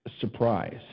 Surprise